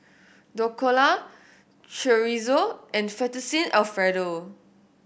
Dhokla Chorizo and Fettuccine Alfredo